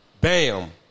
Bam